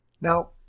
Now